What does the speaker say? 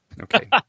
Okay